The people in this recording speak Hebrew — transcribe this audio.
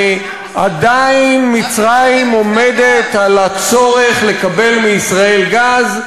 ועדיין מצרים עומדת על הצורך לקבל מישראל גז,